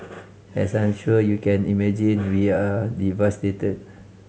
as I'm sure you can imagine we are devastated